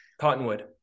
Cottonwood